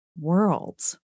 worlds